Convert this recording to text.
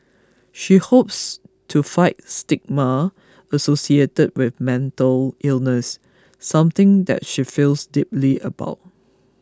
she hopes to fight stigma associated with mental illness something that she feels deeply about